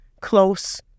close